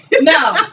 no